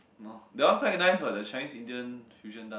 that one quite nice what the Chinese Indian fusion dance